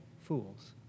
fools